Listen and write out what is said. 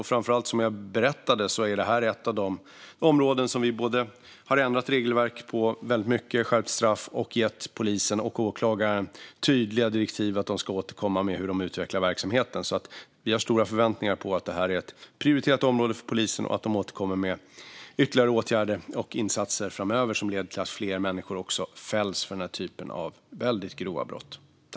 Och som jag berättade är det här ett av de områden där vi har ändrat regelverket väldigt mycket. Vi har skärpt straffen och gett polisen och åklagarna tydliga direktiv att de ska återkomma med hur de utvecklar verksamheten. Vi har stora förväntningar på att det här är ett prioriterat område för polisen och att de återkommer med ytterligare åtgärder och insatser framöver som leder till att fler människor fälls för den här typen av väldigt grova brott.